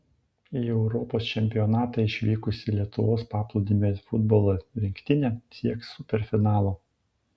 į europos čempionatą išvykusi lietuvos paplūdimio futbolo rinktinė sieks superfinalo